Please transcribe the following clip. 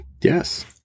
Yes